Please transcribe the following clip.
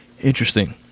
interesting